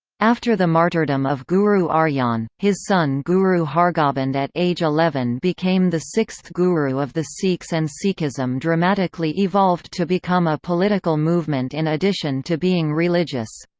after the martyrdom of guru arjan, his son guru hargobind at age eleven became the sixth guru of the sikhs and sikhism dramatically evolved to become a political movement in addition to being religious.